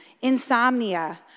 insomnia